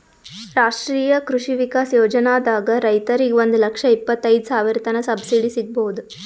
ರಾಷ್ಟ್ರೀಯ ಕೃಷಿ ವಿಕಾಸ್ ಯೋಜನಾದಾಗ್ ರೈತರಿಗ್ ಒಂದ್ ಲಕ್ಷ ಇಪ್ಪತೈದ್ ಸಾವಿರತನ್ ಸಬ್ಸಿಡಿ ಸಿಗ್ಬಹುದ್